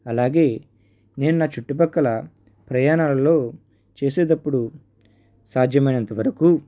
అలాగే నేను నా చుట్టుపక్కల ప్రయాణాల్లో చేసేటప్పుడు సాధ్యమైనంత వరకు